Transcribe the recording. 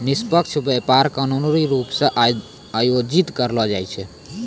निष्पक्ष व्यापार कानूनी रूप से आयोजित करलो जाय छै